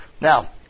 Now